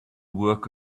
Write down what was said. work